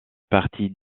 partie